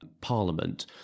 parliament